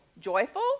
Joyful